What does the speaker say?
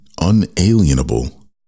unalienable